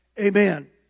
amen